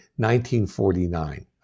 1949